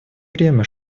время